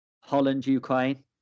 Holland-Ukraine